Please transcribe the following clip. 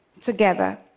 together